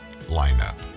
lineup